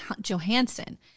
johansson